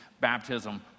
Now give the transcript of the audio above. baptism